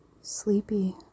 sleepy